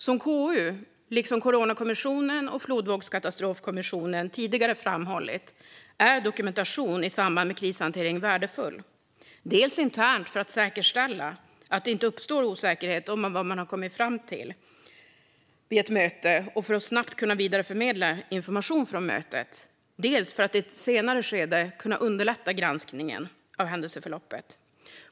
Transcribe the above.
Som KU liksom Coronakommissionen och flodvågskatastrofskommissionen tidigare framhållit är dokumentation i samband med krishantering värdefull, dels internt för att säkerställa att det inte uppstår osäkerhet om vad man kommit fram till vid ett möte och för att snabbt kunna vidareförmedla information från mötet, dels för att i ett senare skede underlätta granskningen av händelseförloppet.